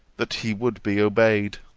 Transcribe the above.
that he would be obeyed.